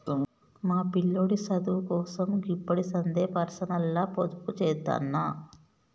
మా పిల్లోడి సదువుకోసం గిప్పడిసందే పర్సనల్గ పొదుపుజేత్తన్న